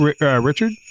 Richard